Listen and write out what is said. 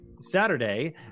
Saturday